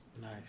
Nice